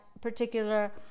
particular